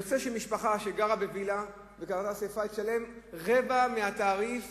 יוצא שמשפחה שגרה בווילה וקרתה לה שרפה תשלם רבע מהתעריף